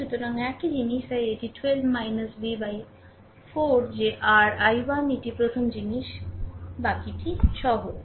সুতরাং একই জিনিস তাই এটি 12 v 4 যে r i1 এটি প্রথম জিনিস বাকি সহজ